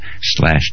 slash